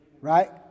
Right